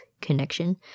connection